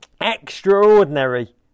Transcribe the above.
extraordinary